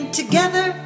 together